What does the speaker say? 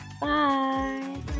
Bye